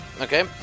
Okay